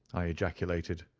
i ejaculated.